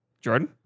Jordan